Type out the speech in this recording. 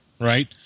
right